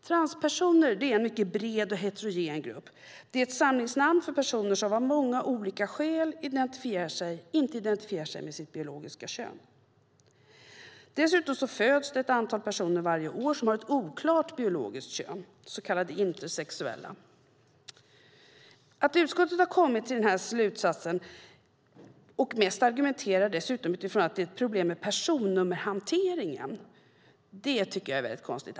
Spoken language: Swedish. Transpersoner är en mycket bred och heterogen grupp. Det är ett samlingsnamn för personer som av många olika skäl inte identifierar sig med sitt biologiska kön. Dessutom föds det ett antal personer varje år som har ett oklart biologiskt kön, så kallade intersexuella. Att utskottet har kommit fram till denna slutsats och dessutom argumenterar mest utifrån att det är ett problem med personnummerhanteringen tycker jag är mycket konstigt.